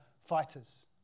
fighters